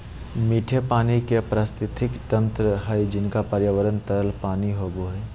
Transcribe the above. मीठे पानी के पारिस्थितिकी तंत्र हइ जिनका पर्यावरण तरल पानी होबो हइ